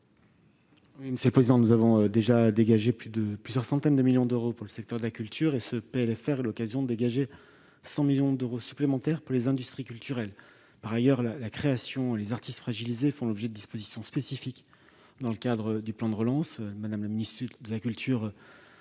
Gouvernement ? Nous avons déjà dégagé plusieurs centaines de millions d'euros pour le secteur de la culture, et ce PLFR est l'occasion d'octroyer 100 millions d'euros supplémentaires aux industries culturelles. Par ailleurs, la création et les artistes fragilisés font l'objet de dispositions spécifiques dans le cadre du plan de relance. Mme la ministre de la culture